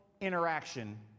interaction